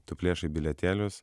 tu plėšai bilietėlius